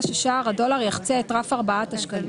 ששער הדולר יחצה את רף 4 השקלים".